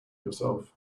yourself